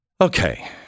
Okay